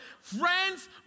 Friends